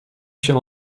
się